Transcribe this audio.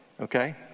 Okay